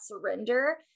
surrender